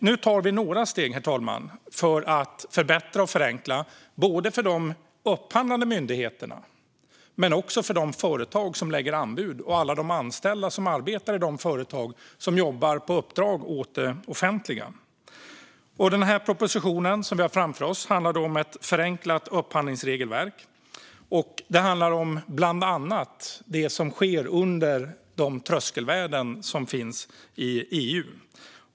Nu tar vi några steg för att förbättra och förenkla för både de upphandlande myndigheterna och de företag som lägger anbud samt alla de anställda som arbetar inom de företag som jobbar på uppdrag av det offentliga. Den proposition vi har framför oss handlar om ett förenklat upphandlingsregelverk. Det handlar bland annat om det som sker under de tröskelvärden som finns i EU.